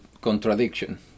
contradiction